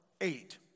eight